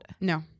No